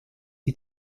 die